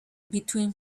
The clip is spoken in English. between